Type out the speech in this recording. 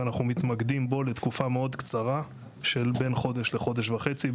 ואנחנו מתמקדים בו לתקופה מאוד קצרה של בין חודש לחודש וחצי,